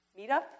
meetup